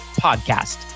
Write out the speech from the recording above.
podcast